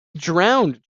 drowned